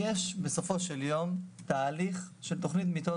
בסופו של יום יש תהליך של תוכנית מיטות